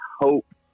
hope